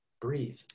breathe